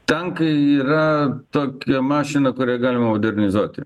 tankai yra tokia mašina kurią galima modernizuoti